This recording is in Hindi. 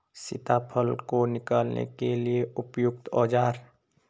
सीताफल को निकालने के लिए उपयुक्त औज़ार?